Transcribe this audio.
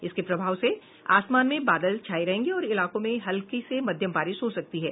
इसके प्रभाव से आसमान में बादल छाये रहेंगे और कई इलाकों में हल्की से मध्यम बारिश हो सकती है